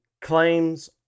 claims